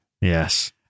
Yes